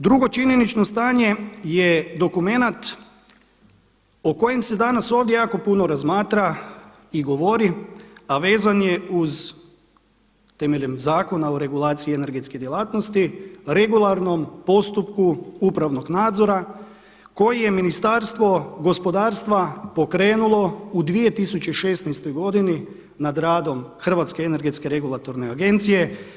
Drugo činjenično stanje je dokumenat o kojem se danas ovdje jako puno razmatra i govori, a vezan je uz temeljem Zakona o energetskoj djelatnosti regularnom postupku upravnog nadzora koji je Ministarstvo gospodarstva pokrenulo u 2016. godini nad radom Hrvatske energetske regulatorne agencije.